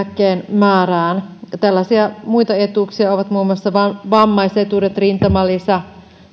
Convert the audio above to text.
määrään tällaisia muita etuuksia ovat muun muassa vammaisetuudet rintamalisät